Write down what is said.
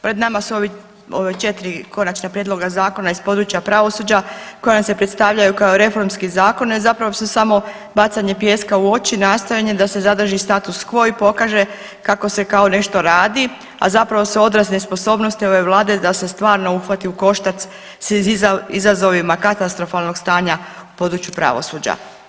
Pred nama su ova četiri konačna prijedloga zakona iz područja pravosuđa koja nam se predstavljaju kao reformski zakon, a zapravo su samo bacanje pijeska u oči, nastojanje da se zadrži status quo i pokaže kako se kao nešto radi a zapravo su odraz nesposobnosti ove Vlade da se stvarno uhvati u koštac sa izazovima katastrofalnog stanja u području pravosuđa.